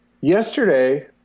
Yesterday